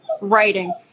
writing